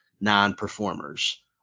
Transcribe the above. non-performers